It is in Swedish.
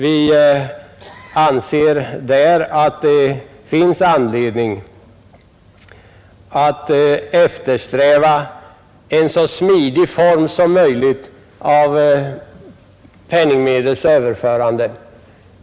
Vi anser i år att det finns anledning att eftersträva en så smidig form som möjligt för penningmedlens överförande.